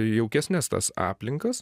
jaukesnes tas aplinkas